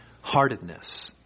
heartedness